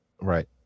Right